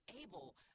able